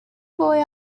boy